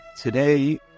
Today